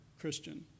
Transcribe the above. Christian